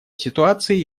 ситуации